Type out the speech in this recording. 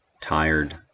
tired